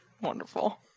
wonderful